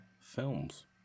films